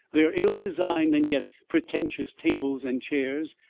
their ill-designed and yet pretentious tables and chairs,